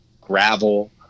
gravel